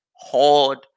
Hard